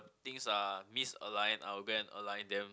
things are misaligned I will go and align them